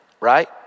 right